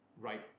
right